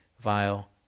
vile